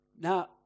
Now